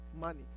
money